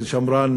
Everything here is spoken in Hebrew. של שמרן,